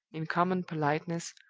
in common politeness,